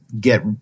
get